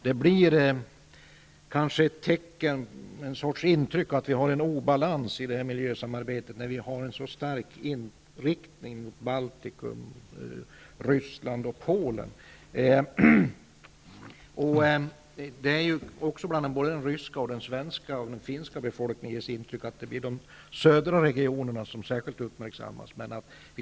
Det ger kanske intryck av en obalans i miljösamarbetet att vi har en så stark inriktning mot Baltikum, Ryssland och Polen. Den ryska, svenska och finska befolkningen ges intrycket att det är de södra regionerna som särskilt uppmärksammas.